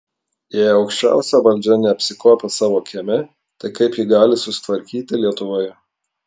jei aukščiausia valdžia neapsikuopia savo kieme tai kaip ji gali susitvarkyti lietuvoje